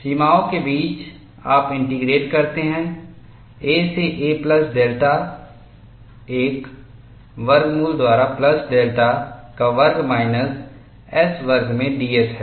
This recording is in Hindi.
सीमाओं के बीच आप इंटीग्रेट करते हैं a से a प्लस डेल्टा1 वर्गमूल द्वारा प्लस डेल्टा का वर्ग माइनस s वर्ग में ds है